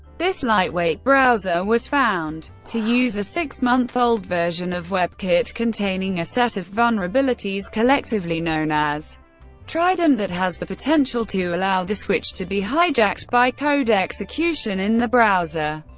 this lightweight browser was found to use a six-month-old version of webkit containing a set of vulnerabilities collectively known as trident that has the potential to allow the switch to be hijacked by code execution in the browser.